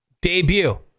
debut